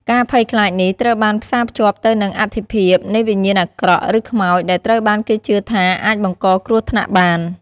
ការភ័យខ្លាចនេះត្រូវបានផ្សារភ្ជាប់ទៅនឹងអត្ថិភាពនៃវិញ្ញាណអាក្រក់ ឬខ្មោច ដែលត្រូវបានគេជឿថាអាចបង្កគ្រោះថ្នាក់បាន ។